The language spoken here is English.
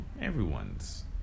everyone's